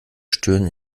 stören